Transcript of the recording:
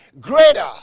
greater